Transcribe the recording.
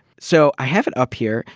so, i have it up here.